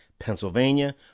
Pennsylvania